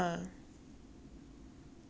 那个我懂我看到